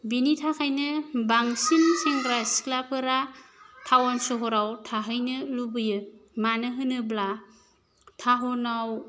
बेनि थाखायनो बांसिन सेंग्रा सिख्लाफोरा टाउन सहराव थाहैनो लुबैयो मानो होनोब्ला टाउन आव